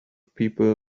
people